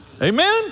Amen